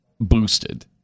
boosted